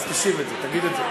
אבל תשיב את זה, תגיד את זה.